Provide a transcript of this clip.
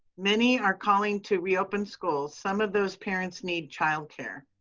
many are calling to reopen schools. some of those parents need childcare.